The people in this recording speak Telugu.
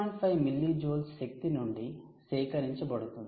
5 మిల్లీజౌల్స్ శక్తి నుండి సేకరించబడుతుంది